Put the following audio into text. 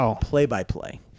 play-by-play